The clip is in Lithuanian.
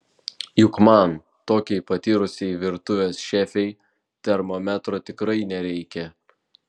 juk man tokiai patyrusiai virtuvės šefei termometro tikrai nereikia